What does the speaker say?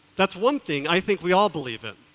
that's one thing i think we all believe in.